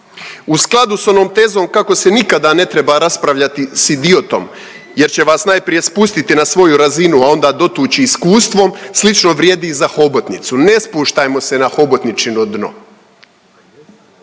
U skladu sa onom tezom kako se nikada ne treba raspravljati sa idiotom, jer će vas najprije spustiti na svoju razinu, a onda dotući iskustvom slično vrijedi i za hobotnicu. Ne spuštajmo se na hobotničino dno.